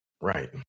Right